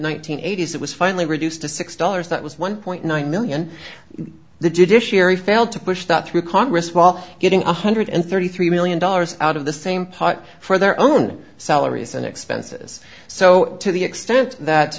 hundred eighty s it was finally reduced to six dollars that was one point one million the judiciary failed to push that through congress while getting a hundred and thirty three million dollars out of the same pot for their own salaries and expenses so to the extent that